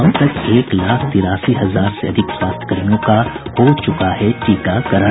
अब तक एक लाख तिरासी हजार से अधिक स्वास्थ्यकर्मियों का हो चुका है टीकाकरण